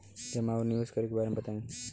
जमा और निवेश के बारे मे बतायी?